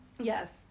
Yes